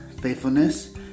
faithfulness